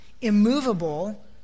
immovable